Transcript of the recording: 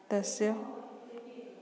तस्य